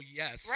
yes